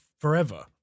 forever